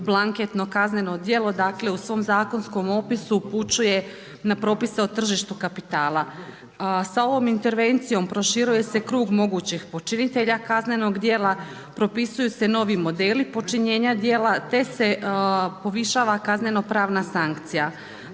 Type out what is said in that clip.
blanketno kazneno djelo. Dakle, u svom zakonskom opisu upućuje na propise o tržištu kapitala. Sa ovom intervencijom proširuje se krug mogućih počinitelja kaznenog djela, propisuju se novi modeli počinjenja djela, te se povišava kazneno-pravna sankcija.